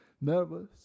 Nervous